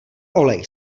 olej